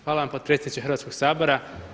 Hvala vam potpredsjedniče Hrvatskoga sabora.